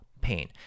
pain